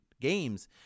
games